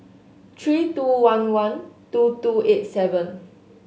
three two one one two two eight seven